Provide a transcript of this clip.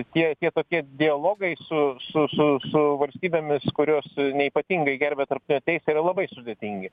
tie tie tokie dialogai su su su su valstybėmis kurios ne ypatingai gerbia tarptautinę teisę yra labai sudėtingi